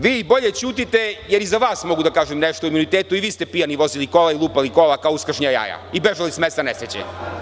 Vi bolje ćutite jer i za vas mogu da kažem nešto o imunitetu i vi ste pijani vozili kola i lupali kola kao uskršnja jaja i bežali s mesta nesreće.